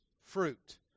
fruit